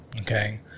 Okay